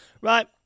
Right